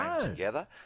together